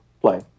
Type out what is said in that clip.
play